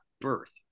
birth